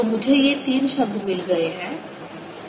तो मुझे ये तीन शब्द मिल गए हैं